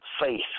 faith